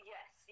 Yes